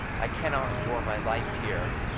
i cannot endure my life here.